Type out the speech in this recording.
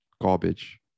garbage